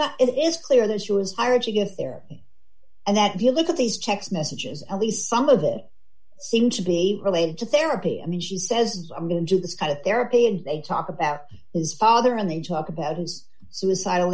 not it is clear that she was hired to get there and that you look at these text messages at least some of them seem to be related to therapy i mean she says i'm going to this kind of therapy and they talk about his father and they talk about his suicidal